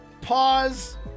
Pause